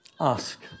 ask